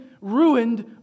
ruined